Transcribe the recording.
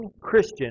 Christian